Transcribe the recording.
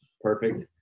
perfect